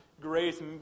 grace